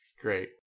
Great